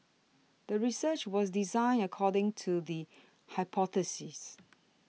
the research was designed according to the hypothesis